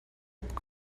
puc